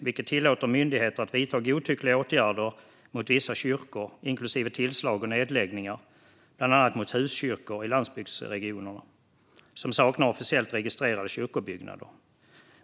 Detta låter myndigheter vidta godtyckliga åtgärder mot vissa kyrkor, inklusive tillslag och nedläggningar, bland annat mot "huskyrkor" i landsbygdsregioner som saknar officiellt registrerade kyrkobyggnader.